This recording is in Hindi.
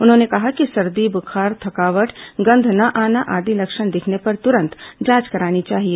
उन्होंने कहा कि सर्दी बुखार थकावट गंध न आना आदि लक्षण दिखने पर तुरंत जांच करानी चाहिए